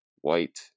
white